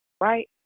right